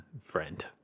friend